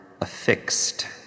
affixed